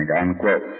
unquote